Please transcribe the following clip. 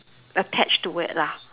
attached to it lah